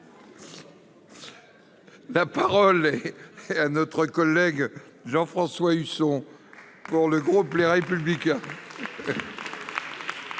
La parole est à M. Jean-François Husson, pour le groupe Les Républicains.